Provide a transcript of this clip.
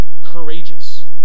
courageous